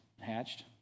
hatched